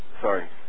sorry